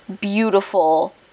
beautiful